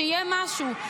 שיהיה משהו.